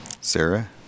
Sarah